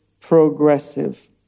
progressive